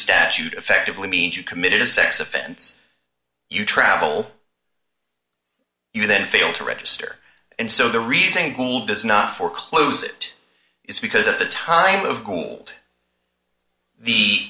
statute effectively means you committed a sex offense you travel you then fail to register and so the reason gold does not foreclose it is because at the time of gould the